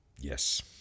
Yes